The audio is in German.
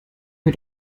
mir